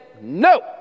no